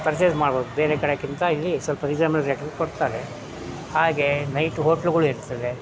purchase ಮಾಡ್ಬೋದು ಬೇರೆ ಕಡೆಗಿಂತ ಇಲ್ಲಿ ಸ್ವಲ್ಪ ರೀಸನೇಬಲ್ ರೇಟ್ಗೆ ಕೊಡ್ತಾರೆ ಹಾಗೆ ನೈಟ್ ಹೋಟ್ಲುಗಳು ಇರ್ತದೆ